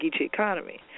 economy